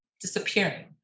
disappearing